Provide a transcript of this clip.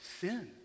sin